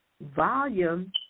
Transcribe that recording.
volume